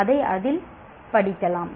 அதை அதில் பிடிக்கலாம்